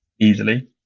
easily